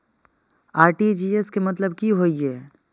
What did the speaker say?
RTGS के मतलब की होय ये?